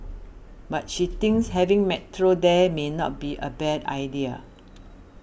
but she thinks having Metro there may not be a bad idea